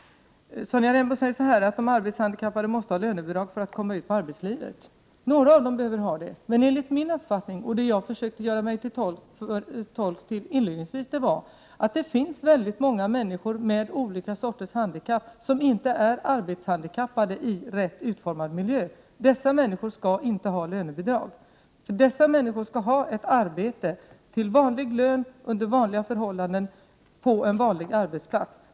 Sonja Rembo säger att de arbetshandikappade måste ha lönebidrag för att komma ut i arbetslivet. Några av dem behöver ha det. Min uppfattning är att det finns många människor med olika sorters handikapp som inte är arbetshandikappade i rätt utformad miljö. Dessa människor skall inte ha lönebidrag. Det försökte jag också uttrycka inledningsvis. Dessa människor skall ha ett arbete med vanlig lön, under vanliga förhållanden på en vanlig arbetsplats.